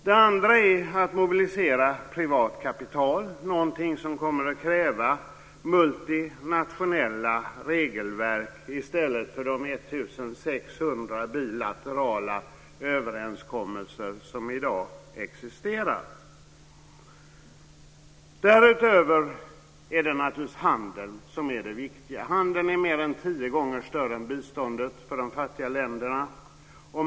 Den andra är att mobilisera privat kapital - någonting som kommer att kräva multinationella regelverk i stället för de 1 600 bilaterala överenskommelser som i dag existerar. Därutöver är det naturligtvis handeln som är det viktiga. Handeln är mer än tio gånger större än biståndet för de fattiga länderna.